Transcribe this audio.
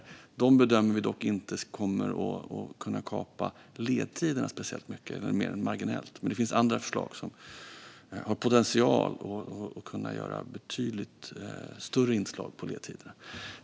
När det gäller dem bedömer vi dock inte kunna kapa ledtiderna speciellt mycket mer än marginellt, men det finns andra förslag som har potential att kunna göra betydligt större inverkan på ledtiderna.